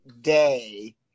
Day